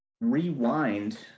Rewind